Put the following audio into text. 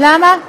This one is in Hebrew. למה?